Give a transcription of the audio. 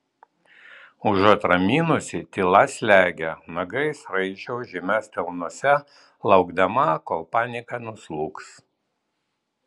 užuot raminusi tyla slegia nagais raižau žymes delnuose laukdama kol panika nuslūgs